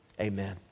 amen